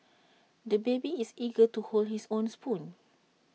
the baby is eager to hold his own spoon